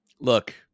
Look